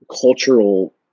cultural